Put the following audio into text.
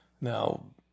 now